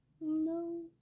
No